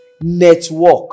Network